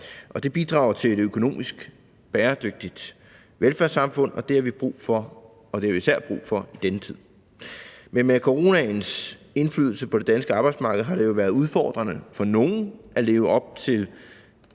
det bidrager til et økonomisk bæredygtigt velfærdssamfund. Det har vi brug for, og det har vi især brug for i denne tid. Men med coronaens indflydelse på det danske arbejdsmarked har det jo været udfordrende for nogle at leve op til